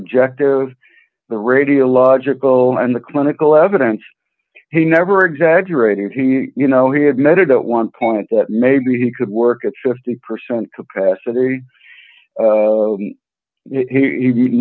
objective the radiological and the clinical evidence he never exaggerated he you know he admitted at one point that maybe he could work at fifty percent capacity